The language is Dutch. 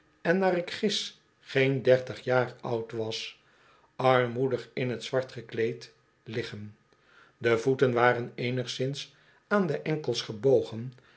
en naar gis geen dertig jaar oud was armoedig in t zwart gekleed liggen de voeten waren eenigszins aan de enkels gebogen